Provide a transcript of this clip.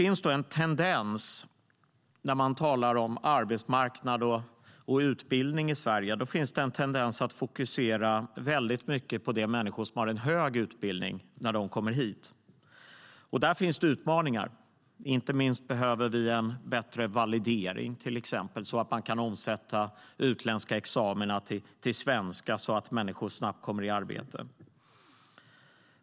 När man talar om arbetsmarknad och utbildning i Sverige finns det en tendens att fokusera mycket på människor som har hög utbildning när de kommer hit. Där finns det utmaningar. Vi behöver till exempel bättre validering för att kunna omsätta utländska examina till svenska så att människor snabbt kommer i arbete.